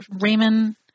Raymond